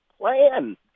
plan